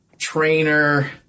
trainer